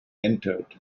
entered